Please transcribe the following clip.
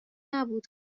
نبود